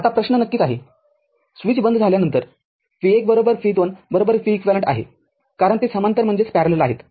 आता प्रश्न नक्कीच आहेस्विच बंद झाल्यानंतर v१ v२ veq आहे कारण ते समांतर आहेत